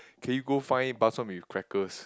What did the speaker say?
can we go find bak-chor-mee with crackers